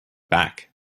back